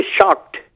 shocked